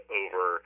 over